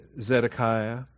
Zedekiah